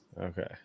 Okay